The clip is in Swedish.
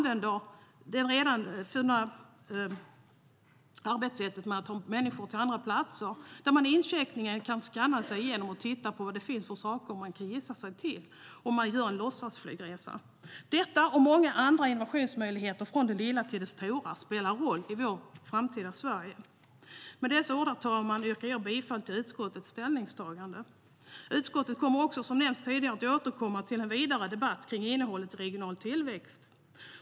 Vid incheckningen kan man skanna och gissa saker, och man får göra en flygresa på låtsas. Detta och många innovationsmöjligheter från det lilla till det stora spelar roll i vårt framtida Sverige.Utskottet kommer, som har nämnts tidigare, att återkomma till en vidare debatt kring innehållet i regional tillväxt.